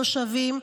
התושבים,